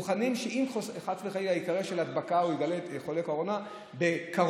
אנחנו מוכנים שאם חס חלילה תהיה הדבקה או יתגלה חולה קורונה בקרון,